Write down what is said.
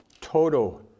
total